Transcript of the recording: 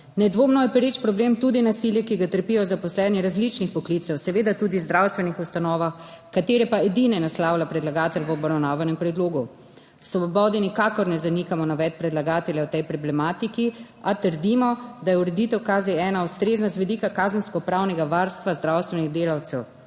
Nedvomno je pereč problem tudi nasilje, ki ga trpijo zaposleni različnih poklicev, seveda tudi v zdravstvenih ustanovah, katere edine naslavlja predlagatelj v obravnavanem predlogu. V Svobodi nikakor ne zanikamo navedb predlagatelja o tej problematiki, a trdimo, da je ureditev KZ-1 ustrezna z vidika kazenskopravnega varstva zdravstvenih delavcev.